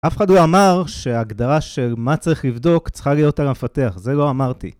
אף אחד לא אמר שהגדרה של מה צריך לבדוק צריכה להיות על המפתח, זה לא אמרתי.